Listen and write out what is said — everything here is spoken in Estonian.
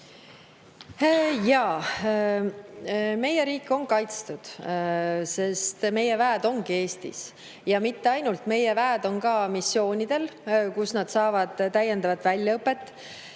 Jaa, meie riik on kaitstud, sest meie väed ongi Eestis. Ja mitte ainult, meie väed on ka missioonidel, kus nad saavad täiendavat väljaõpet.